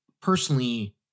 personally